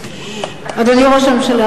אדוני ראש הממשלה,